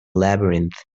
labyrinth